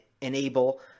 enable